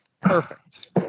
Perfect